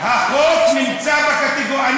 החוק נמצא בקטגוריה.